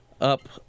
up